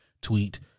tweet